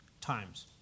times